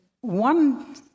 one